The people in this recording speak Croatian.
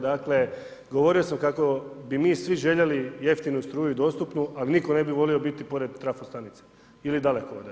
Dakle, govorio sam kako bi mi svi željeli jeftinu struju i dostupnu, ali nitko ne bi volio biti pored trafostanice ili dalekovoda.